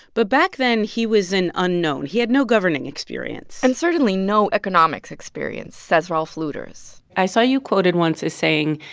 but back then, he was an unknown. he had no governing experience and certainly no economics experience, says rolf luders i saw you quoted once as saying,